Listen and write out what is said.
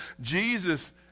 Jesus